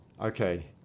Okay